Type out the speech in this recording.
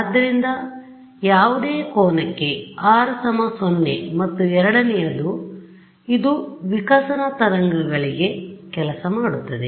ಆದ್ದರಿಂದ ಯಾವುದೇ ಕೋನಕ್ಕೆ R 0 ಮತ್ತು ಎರಡನೆಯದು ಇದು ವಿಕಸನ ತರಂಗಗಳಿಗೆ ಕೆಲಸ ಮಾಡುತ್ತದೆ